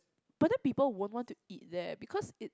but then people wouldn't want to eat there because it